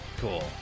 cool